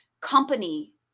company